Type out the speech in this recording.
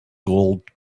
gold